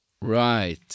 Right